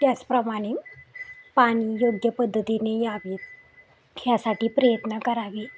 त्याचप्रमाणे पाणी योग्य पद्धतीने यावे ह्यासाठी प्रयत्न करावे